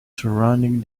surrounding